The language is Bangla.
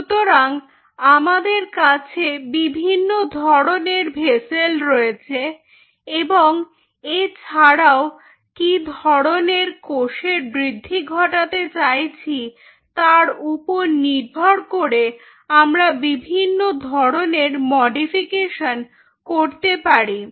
সুতরাং আমাদের কাছে বিভিন্ন ধরনের ভেসেল রয়েছে এবং এছাড়াও কি ধরনের কোষের বৃদ্ধি ঘটাতে চাইছি তার উপর নির্ভর করে আমরা বিভিন্ন ধরনের মডিফিকেশন করতে পারি